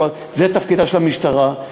זה תפקיד המשטרה,